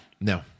No